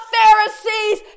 Pharisees